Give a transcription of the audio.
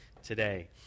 today